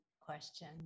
question